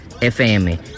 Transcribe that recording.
FM